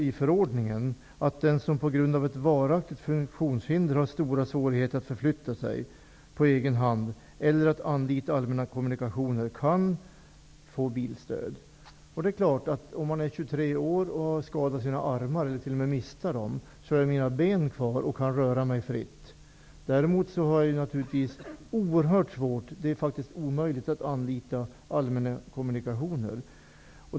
I förordningen står det att den som på grund av ett varaktigt funktionshinder har stora svårigheter att förflytta sig på egen hand eller att anlita allmänna kommunikationer kan få bilstöd. Det är klart att en 23-åring som fått båda armarna skadade, eller som t.o.m. förlorat dessa, har kvar sina ben och således kan röra sig fritt. Däremot är det oerhört svårt, ja, faktiskt omöjligt, att anlita de allmänna kommunikationerna.